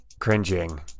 cringing